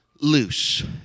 loose